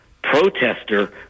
protester